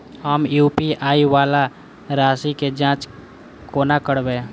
हम यु.पी.आई वला राशि केँ जाँच कोना करबै?